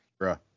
Bruh